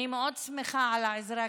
אני מאוד שמחה על העזרה,